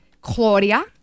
Claudia